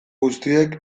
guztiek